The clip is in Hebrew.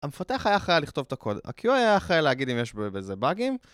המפתח היה אחראי לכתוב את הקוד, ה-QA היה אחראי להגיד אם יש בו איזה באגים.